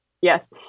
Yes